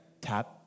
Tap